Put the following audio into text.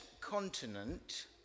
continent